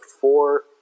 four